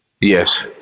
Yes